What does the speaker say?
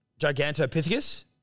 Gigantopithecus